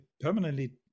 permanently